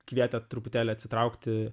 kvietė truputėlį atsitraukti